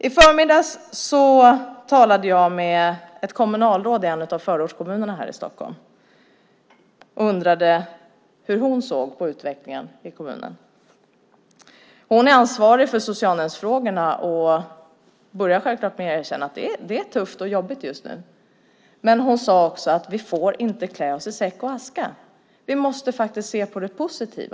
I förmiddags talade jag med ett kommunalråd i en av Stockholms förortskommuner och undrade hur hon såg på utvecklingen i kommunen. Hon är ansvarig för socialnämndsfrågorna och började självklart med att erkänna att det är tufft och jobbigt just nu, men hon sade också att vi inte får klä oss i säck och aska, att vi även måste se på det som är positivt.